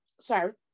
sir